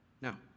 Now